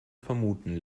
vermuten